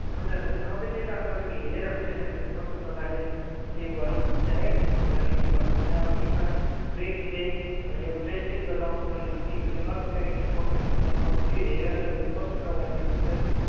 हजुर हजुर होइन अभिनय त तपाईँको हेरेर हुन्छ नि अब तपाईँ कस्तो प्रकारले प्ले गराउनुहुन्छ है कस्तो प्रकारले के गराउनुहुन्छ अब बिचमा ब्रेक लिँदै घरि अब ड्रेस चेन्ज गरेर आउनुपर्ने हो कि घरि अर्को क्यारेक्टर पक्रिनुपर्ने हो अब त्यो हेरेर तपाईँको कस्तो प्रकारले अब हुन्छ